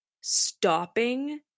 stopping